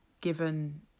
given